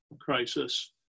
crisis